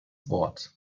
wort